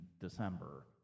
December